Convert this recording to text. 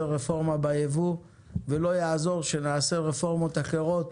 רפורמה בייבוא ולא יעזור שנעשה רפורמות אחרות